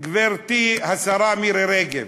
גברתי השרה מירי רגב,